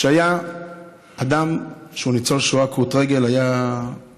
שהיה אדם שהוא ניצול שואה כרות רגל, היה בכלא.